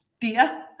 dear